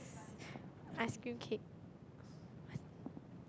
ice cream cake